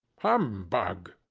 humbug!